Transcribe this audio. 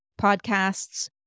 podcasts